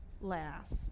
last